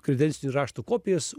kredencinių raštų kopijas